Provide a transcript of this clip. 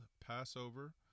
Passover